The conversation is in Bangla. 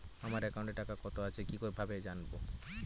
আমার একাউন্টে টাকা কত আছে কি ভাবে জানবো?